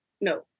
no